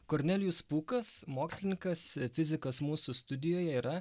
kornelijus pūkas mokslininkas fizikas mūsų studijoje yra